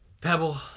Pebble